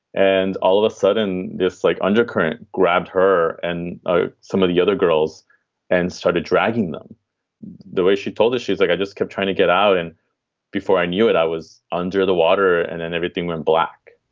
and all of a sudden this like undercurrent grabbed her and ah some of the other girls and started dragging them the way she told us. she's like, i just kept trying to get out. and before i knew it, i was under the water and then everything went black.